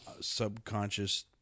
subconscious